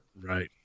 Right